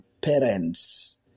parents